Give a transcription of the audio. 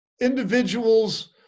individuals